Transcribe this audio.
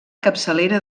capçalera